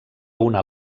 una